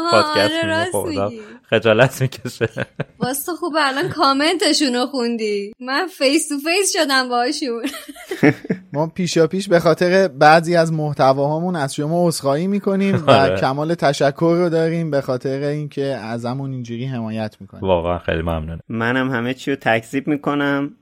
آه، آره، پادکست میگه، راستی. خب، آدم خجالت میکشه. واسه خوب الان کامنتشون رو خوندی. من face تو face شدم باهاشون. ما پیشا پیش به خاطر بعضی از محتواهامون از شما عذرخواهی می‌کنیم و آره. کمال تشکر رو داریم به خاطر اینکه ازمون اینجوری حمایت می‌کنید. واقعاً خیلی ممنون. منم همه چی رو تکذیب می‌کنم.